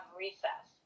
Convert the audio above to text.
recess